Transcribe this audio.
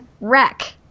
wreck